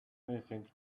anything